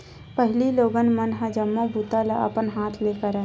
पहिली लोगन मन ह जम्मो बूता ल अपन हाथ ले करय